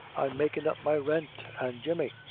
i'm makin' up my rent an' jemmy,